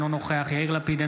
אינו נוכח יאיר לפיד,